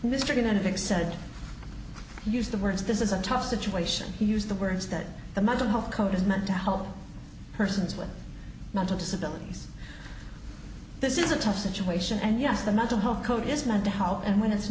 pick said use the words this is a tough situation to use the words that the mental health code is meant to help persons with mental disabilities this is a tough situation and yes the mental health code is not the how and when it's